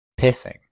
pissing